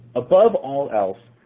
above all else,